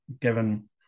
given